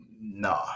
No